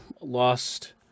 lost